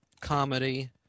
comedy